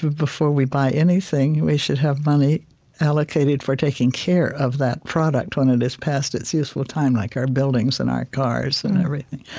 before we buy anything, we should have money allocated for taking care of that product when it is past its useful time, like our buildings and our cars and everything,